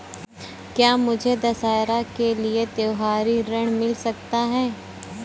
क्या मुझे दशहरा के लिए त्योहारी ऋण मिल सकता है?